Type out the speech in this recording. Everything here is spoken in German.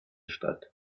statt